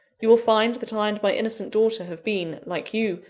you will find that i and my innocent daughter have been, like you,